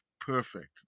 perfect